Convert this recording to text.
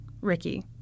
Ricky